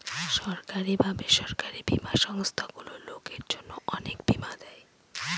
সরকারি বা বেসরকারি বীমা সংস্থারগুলো লোকের জন্য অনেক বীমা দেয়